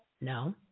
No